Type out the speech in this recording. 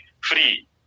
free